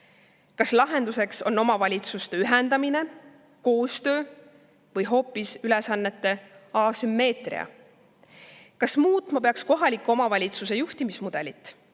Kas lahendus on omavalitsuste ühendamine, koostöö või hoopis ülesannete asümmeetria? Kas muutma peaks kohaliku omavalitsuse juhtimismudelit?